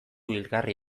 hilgarri